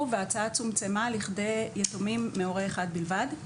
וההצעה צומצמה לכדי יתומים מהורה אחד בלבד.